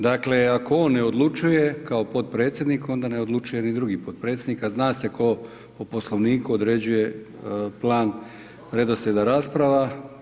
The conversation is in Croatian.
Dakle ako on ne odlučuje kao potpredsjednik onda ne odlučuje ni drugi potpredsjednik a zna se tko po Poslovniku određuje plan redoslijeda rasprava.